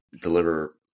deliver